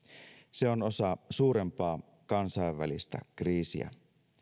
se on osa suurempaa kansainvälistä kriisiä